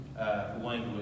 Language